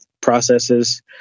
processes